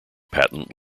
patent